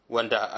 Wanda